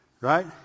Right